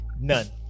none